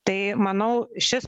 tai manau šis